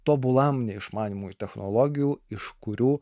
tobulam neišmanymui technologijų iš kurių